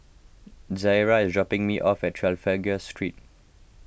Zaria is dropping me off at Trafalgar Street